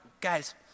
guys